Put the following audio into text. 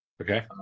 Okay